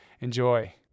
enjoy